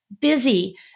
busy